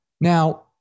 Now